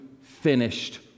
finished